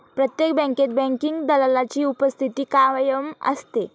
प्रत्येक बँकेत बँकिंग दलालाची उपस्थिती कायम असते